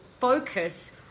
focus